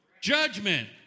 Judgment